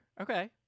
okay